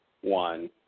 one